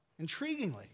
intriguingly